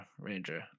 Ranger